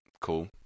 cool